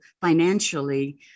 financially